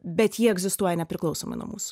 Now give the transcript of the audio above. bet ji egzistuoja nepriklausomai nuo mūsų